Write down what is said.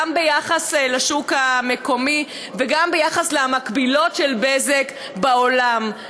גם ביחס לשוק המקומי וגם ביחס למקבילות של "בזק" בעולם.